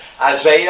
Isaiah